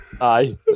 Aye